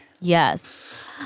Yes